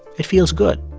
it feels good.